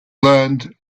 learned